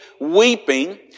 weeping